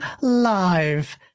Live